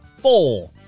four